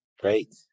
Great